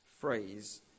phrase